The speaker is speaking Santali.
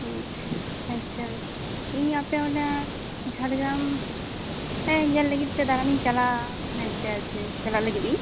ᱟᱪᱪᱷᱟ ᱤᱧ ᱟᱯᱮ ᱚᱸᱰᱮ ᱡᱷᱟᱲᱜᱨᱟᱢ ᱧᱮᱞ ᱞᱟᱹᱜᱤᱫ ᱛᱮ ᱫᱟᱬᱟᱱ ᱤᱧ ᱪᱟᱞᱟᱜᱼᱟ ᱢᱮᱱᱛᱮ ᱟᱨᱠᱤ ᱪᱟᱞᱟᱜ ᱞᱟᱹᱜᱤᱫ ᱤᱧ